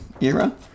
era